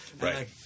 Right